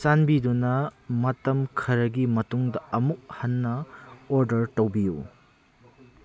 ꯆꯥꯟꯕꯤꯗꯨꯅ ꯃꯇꯝ ꯈꯔꯒꯤ ꯃꯇꯨꯡꯗ ꯑꯃꯨꯛ ꯍꯟꯅ ꯑꯣꯔꯗꯔ ꯇꯧꯕꯤꯌꯨ